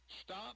Stop